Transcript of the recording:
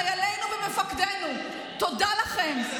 חיילינו ומפקדנו, תודה לכם.